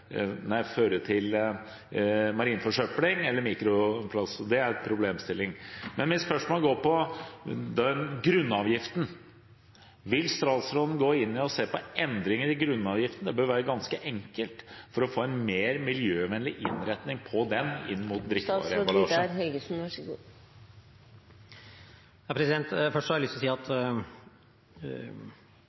marin forsøpling eller mikroplast. Det er en problemstilling. Mitt spørsmål går på grunnavgiften. Vil statsråden gå inn og se på endringer i grunnavgiften – det bør være ganske enkelt – for å få en mer miljøvennlig innretning på den inn mot